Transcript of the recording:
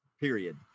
period